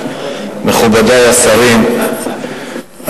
מכובדי השרים,